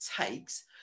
takes